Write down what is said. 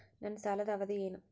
ನನ್ನ ಸಾಲದ ಅವಧಿ ಏನು?